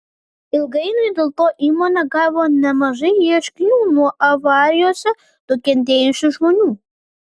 ilgainiui dėl to įmonė gavo nemažai ieškinių nuo avarijose nukentėjusių žmonių